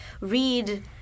read